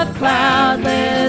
cloudless